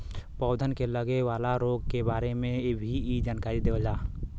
पौधन के लगे वाला रोग के बारे में भी इ जानकारी देवला